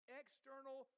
external